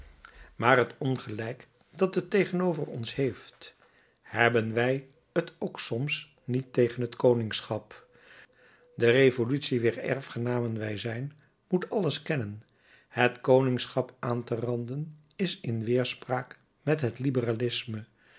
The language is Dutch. maar het ongelijk dat het tegenover ons heeft hebben wij t ook soms niet tegen het koningschap de revolutie wier erfgenamen wij zijn moet alles kennen het koningschap aan te randen is in weerspraak met het liberalisme